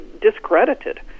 discredited